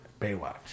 Baywatch